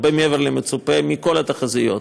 הרבה מעבר למצופה מכל התחזיות.